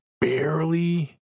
barely